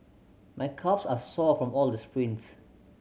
my calves are sore from all the sprints